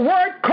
word